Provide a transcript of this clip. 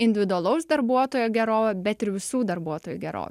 individualaus darbuotojo gerovę bet ir visų darbuotojų gerovę